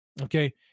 Okay